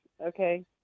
okay